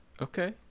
okay